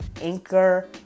Anchor